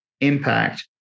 impact